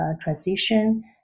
transition